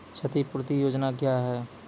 क्षतिपूरती योजना क्या हैं?